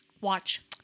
Watch